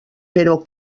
però